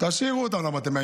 תשאירו אותן.